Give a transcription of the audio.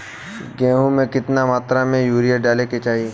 गेहूँ में केतना मात्रा में यूरिया डाले के चाही?